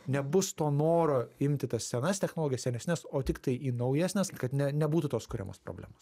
nebus to noro imti tas senas technologijas senesnes o tiktai į naujesnes kad nebūtų tos kuriamos problemos